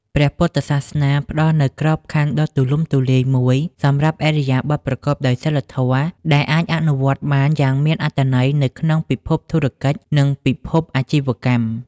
ព្រះពុទ្ធសាសនាផ្តល់នូវក្របខណ្ឌដ៏ទូលំទូលាយមួយសម្រាប់ឥរិយាបទប្រកបដោយសីលធម៌ ដែលអាចអនុវត្តបានយ៉ាងមានអត្ថន័យនៅក្នុងពិភពធុរកិច្ច ឬពិភពអាជីវកម្ម។